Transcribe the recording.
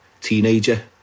teenager